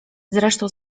zresztą